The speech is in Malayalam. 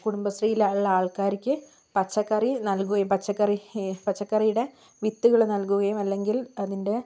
കുടുംബശ്രീയിലുള്ള ആൾക്കാർക്ക് പച്ചക്കറി നൽകുകയും പച്ചക്കറി പച്ചക്കറിയുടെ വിത്തുകൾ നൽകുകയും അല്ലെങ്കിൽ അതിന്റെ